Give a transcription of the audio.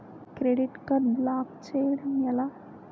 Credit card block చేయడం ఎలా?